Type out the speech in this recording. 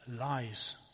lies